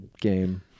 game